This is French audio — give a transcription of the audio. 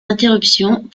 interruptions